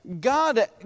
God